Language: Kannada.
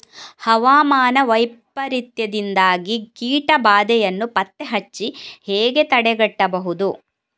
ಹವಾಮಾನ ವೈಪರೀತ್ಯದಿಂದಾಗಿ ಕೀಟ ಬಾಧೆಯನ್ನು ಪತ್ತೆ ಹಚ್ಚಿ ಹೇಗೆ ತಡೆಗಟ್ಟಬಹುದು?